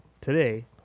today